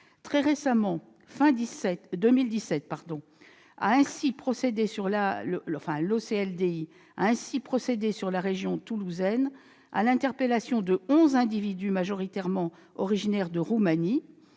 Très récemment, à la fin de 2017, l'OCLDI a ainsi procédé sur la région toulousaine à l'interpellation de onze individus majoritairement originaires de Roumanie.